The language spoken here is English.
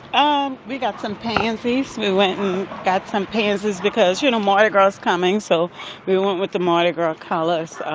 um we got some pansies. we went and got some pansies because, you know, mardi gras is coming. so we went with the mardi gras colors,